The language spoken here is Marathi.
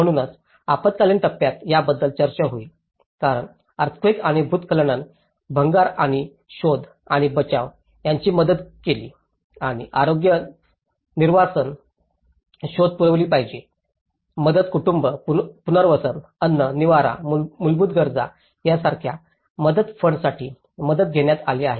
म्हणूनच आपत्कालीन टप्प्यात याबद्दल चर्चा होईल कारण अर्थक्वेक आणि भूस्खलनानंतर भंगार आणि शोध आणि बचाव यांनी मदत केली आणि आरोग्य निर्वासन शोध पुरवणारी पहिली मदत कुटुंब पुनर्वसन अन्न निवारा मूलभूत गरजा यासारख्या मदतफंड्स ंसाठी मदत घेण्यात आली आहे